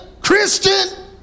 Christian